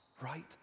right